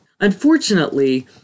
Unfortunately